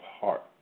heart